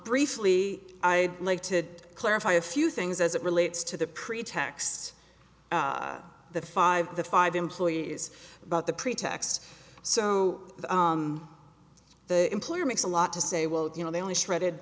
briefly i'd like to clarify a few things as it relates to the pretext the five the five employees but the pretext so the employer makes a lot to say well you know they only shredded